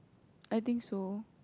I think so